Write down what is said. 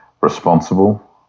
responsible